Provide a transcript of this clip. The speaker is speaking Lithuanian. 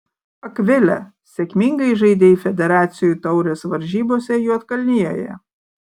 akvile sėkmingai žaidei federacijų taurės varžybose juodkalnijoje